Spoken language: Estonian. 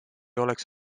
oleks